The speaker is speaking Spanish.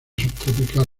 subtropical